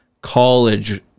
college